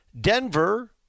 Denver